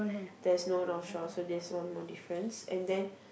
there's no North Shore so that's one more difference and then